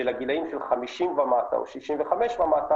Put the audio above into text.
שלגילאים של 50 ומטה או 65 ומטה,